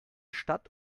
stadt